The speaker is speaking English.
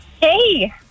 Hey